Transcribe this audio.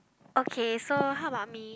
okay so how about me